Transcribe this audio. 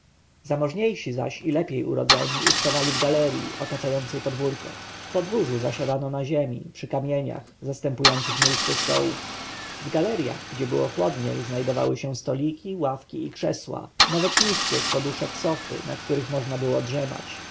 zamożniejsi zaś i lepiej urodzeni ucztowali w galerji otaczającej podwórko w podwórzu zasiadano na ziemi przy kamieniach zastępujących miejsce stołów w galerjach gdzie było chłodniej znajdowały się stoliki ławki i krzesła nawet niskie z poduszek sofy na których można było drzemać